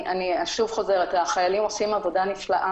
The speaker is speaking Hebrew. אני שוב חוזרת: החיילים עושים עבודה נפלאה